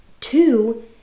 Two